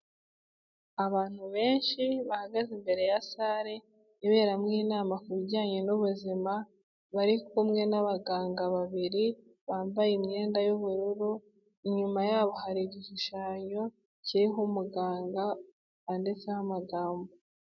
Abantu benshi bahagaze imbere ya salle iberamo inama ku bijyanye n'ubuzima, bari kumwe n'abaganga babiri bambaye imyenda y'ubururu, inyuma yabo hari igishushanyo kiriho umuganga handitseho amagambo.